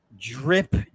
Drip